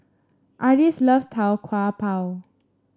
Ardis love Tau Kwa Pau